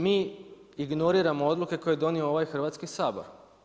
Mi ignoriramo odluke koje je donio ovaj Hrvatski sabor.